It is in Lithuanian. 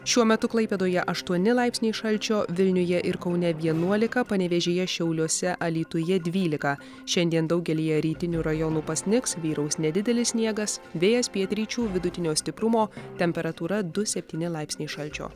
šiuo metu klaipėdoje aštuoni laipsniai šalčio vilniuje ir kaune vienuolika panevėžyje šiauliuose alytuje dvylika šiandien daugelyje rytinių rajonų pasnigs vyraus nedidelis sniegas vėjas pietryčių vidutinio stiprumo temperatūra du septyni laipsniai šalčio